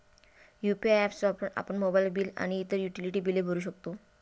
UPI apps वापरून आपण mobile bill आणि इतर युटिलिटी बिले भरू शकतो